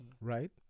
right